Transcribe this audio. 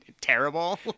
terrible